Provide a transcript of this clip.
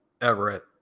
Everett